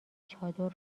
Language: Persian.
چادر